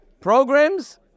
programs